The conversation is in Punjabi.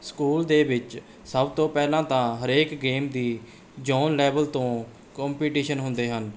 ਸਕੂਲ ਦੇ ਵਿੱਚ ਸਭ ਤੋਂ ਪਹਿਲਾਂ ਤਾਂ ਹਰੇਕ ਗੇਮ ਦੀ ਜੋਨ ਲੈਵਲ ਤੋਂ ਕੋਮਪੀਟੀਸ਼ਨ ਹੁੰਦੇ ਹਨ